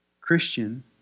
Christian